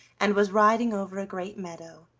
and was riding over a great meadow,